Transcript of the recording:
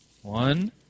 One